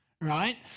Right